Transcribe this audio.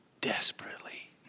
desperately